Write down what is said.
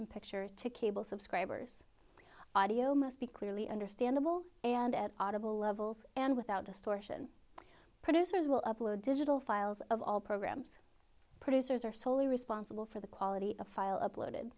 n picture to cable subscribers audio must be clearly understandable and at audible levels and without distortion producers will upload digital files of all programs producers are soley responsible for the quality of file uploaded